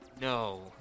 No